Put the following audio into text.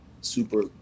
super